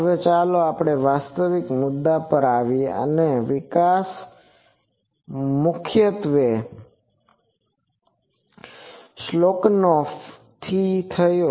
હવે ચાલો આપણે વાસ્તવિક મુદ્દા પર આવીએ અને તે વિકાસ મુખ્યત્વે શેલ્કનોફ થી થયો